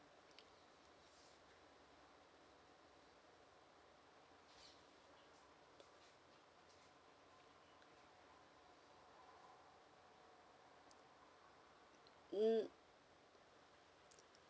hmm